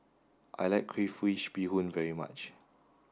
I like Crayfish Beehoon very much